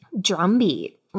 drumbeat